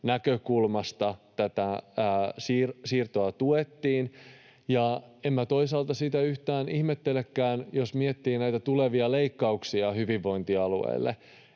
tätä siirtoa tuettiin. En minä toisaalta sitä yhtään ihmettelekään, jos miettii näitä tulevia leikkauksia hyvinvointialueille.